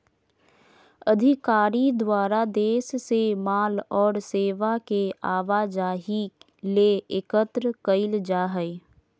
अधिकारी द्वारा देश से माल और सेवा के आवाजाही ले एकत्र कइल जा हइ